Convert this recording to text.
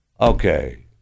Okay